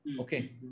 okay